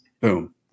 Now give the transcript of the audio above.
Boom